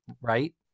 Right